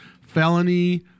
felony